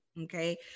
Okay